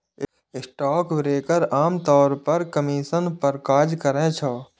stockbroker आम तौर पर कमीशन पर काज करै छै